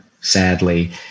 sadly